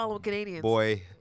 boy